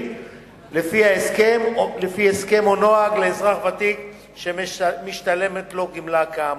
לפי הסכם או נוהג לאזרח ותיק שמשתלמת לו גמלה כאמור.